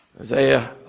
Isaiah